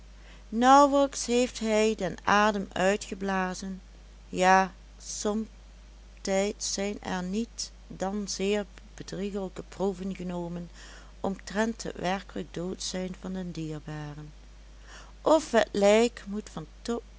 nauwelijks heeft hij den adem uitgeblazen ja somtijds zijn er niet dan zeer bedriegelijke proeven genomen omtrent het werkelijk doodzijn van den dierbare of het lijk moet van